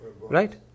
right